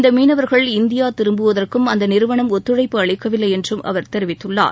இந்த மீனவர்கள் இந்தியா திரும்புவதற்கும் அந்த நிறுவனம் ஒத்துழைப்பு அளிக்கவில்லை என்று அவர் தெரிவித்குள்ளார்